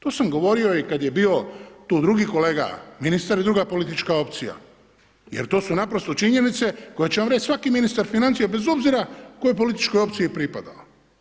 To sam govorio i kada je bio tu drugi kolega ministar i druga politička opcija jer to su naprosto činjenice koje će vam reći svaki ministar financija bez obzira kojoj političkoj opciji pripadao.